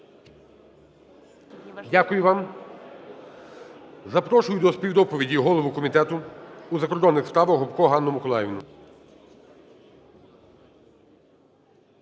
Дякую вам. Запрошую до співдоповіді голову Комітету у закордонних справахГопко Ганну Миколаївну.